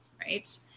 Right